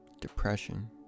depression